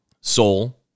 Soul